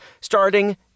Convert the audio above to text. starting